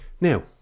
Now